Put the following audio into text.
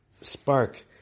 spark